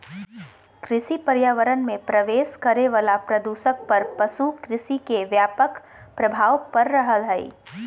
कृषि पर्यावरण मे प्रवेश करे वला प्रदूषक पर पशु कृषि के व्यापक प्रभाव पड़ रहल हई